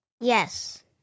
Yes